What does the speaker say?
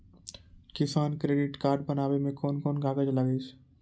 किसान credit card बनाबै मे कोन कोन कागज लागै छै?